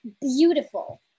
beautiful